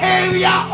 area